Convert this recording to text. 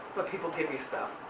but people give you stuff.